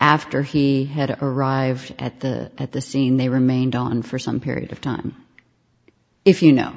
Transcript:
after he had arrived at the at the scene they remained on for some period of time if you know